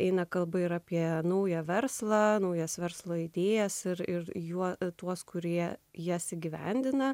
eina kalba ir apie naują verslą naujas verslo idėjas ir ir juo tuos kurie jas įgyvendina